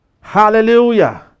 Hallelujah